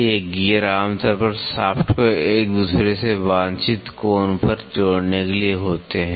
ये गियर आमतौर पर शाफ्ट को एक दूसरे से वांछित कोण पर जोड़ने के लिए होते हैं